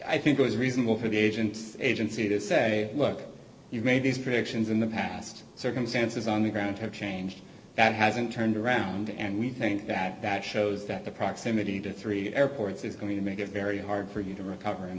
i think was reasonable for the agents agency to say look you made these predictions in the past circumstances on the ground have changed that hasn't turned around and we think that that shows that the proximity to three airports is going to make it very hard for you to recover and